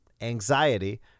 anxiety